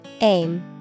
Aim